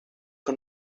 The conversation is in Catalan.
que